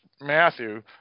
Matthew